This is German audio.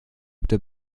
bitte